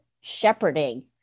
shepherding